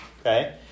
okay